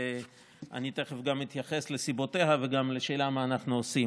ואני תכף גם אתייחס לסיבותיה וגם לשאלה מה אנחנו עושים.